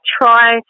try